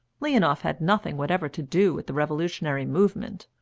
leonoff had nothing whatever to do with the revolutionary movement,